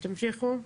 תמשיכו.